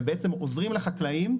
בעצם הם עוזרים בשכר לחקלאים,